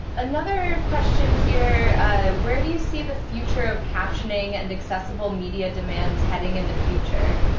another question here where do you see the future of captioning and accessible media demands heading in the future?